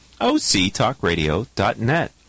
OCTalkRadio.net